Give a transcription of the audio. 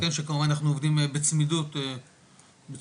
שכמובן אנחנו עובדים בצמידות מבורכת,